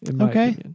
okay